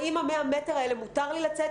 האם ה-100 המטר האלה מותר לי לצאת?